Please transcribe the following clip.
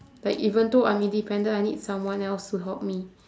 like even though I'm independent I need someone else to help me